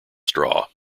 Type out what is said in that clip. straw